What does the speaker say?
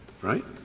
right